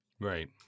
Right